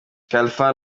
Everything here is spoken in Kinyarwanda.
khalfan